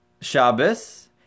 Shabbos